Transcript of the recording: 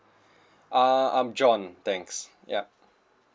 uh I'm john thanks yup